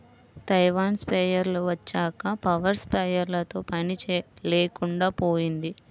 Taiwan స్ప్రేయర్లు వచ్చాక power స్ప్రేయర్లతో పని లేకుండా పోయింది